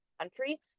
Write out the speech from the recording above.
country